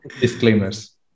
disclaimers